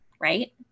Right